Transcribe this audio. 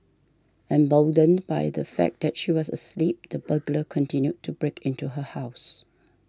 emboldened by the fact that she was asleep the burglar continued to break into her house